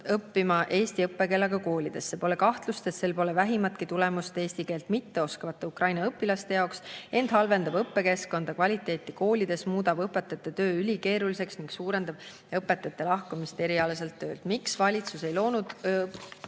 õppima eesti õppekeelega koolidesse. Pole kahtlust, et sel pole vähimatki tulemust eesti keelt mitteoskavate Ukraina õpilaste jaoks, ent halvendab õppekeskkonda ja -kvaliteeti koolides, muudab õpetajate töö ülikeeruliseks ning suurendab õpetajate lahkumist erialaselt töölt. Miks valitsus ei ole loonud